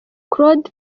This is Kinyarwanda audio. claude